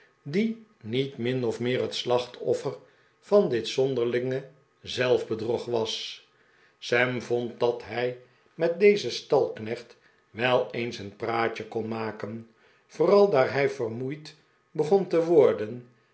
die niet min of meer het slachtoffer van dit zonderlinge zelfbedrog was sam vond dat hij met dezen stalknecht wel eens een praatje kon maken vooral daar hij vermoeid begon te worden